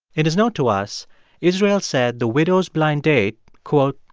it is known to us israel said the widow's blind date, quote,